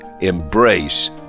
embrace